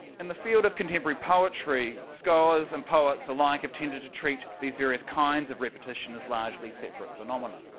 in the field of contemporary poetry scholars and poets alike have tended to treat these various kinds of repetition as largely separate phenomena,